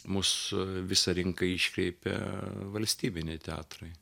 mus visą rinką iškreipia valstybiniai teatrai